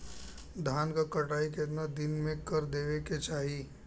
धान क कटाई केतना दिन में कर देवें कि चाही?